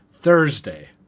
Thursday